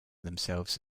themselves